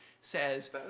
says